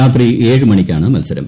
രാത്രി ഏഴ് മണിക്കാണ് മൽസരം